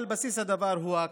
אבל בסיס הדבר הוא הכרה,